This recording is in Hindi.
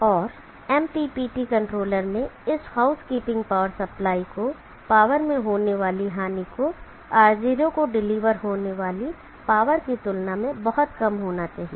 और MPPT कंट्रोलर में इस हाउसकीपिंग पावर सप्लाई को पावर में होने वाली हानि को R0 को डिलीवर होने वाली पावर की तुलना में बहुत कम होना चाहिए